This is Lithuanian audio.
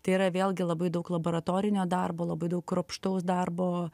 tai yra vėlgi labai daug laboratorinio darbo labai daug kruopštaus darbo